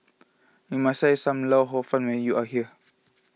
you must try Sam Lau Hor Fun when you are here